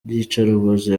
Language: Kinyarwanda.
iyicarubozo